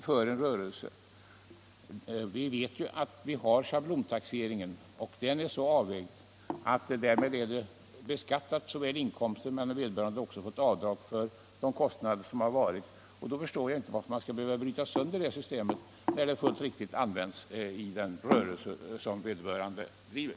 Där har vi nu schablontaxeringen, och den är så avvägd att inkomsten är beskattad, och vederbörande har också fått göra avdrag för de kostnader han haft. Och då förstår jag inte varför man skall bryta sönder det systemet, när det används fullt riktigt i den rörelse vederbörande bedriver.